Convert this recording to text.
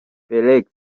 felix